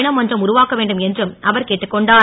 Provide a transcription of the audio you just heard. நா மன்றம் உருவாக்கவேண்டும் என்றும் அவர் கேட்டுக்கொண்டார்